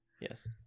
Yes